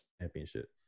championship